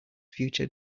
future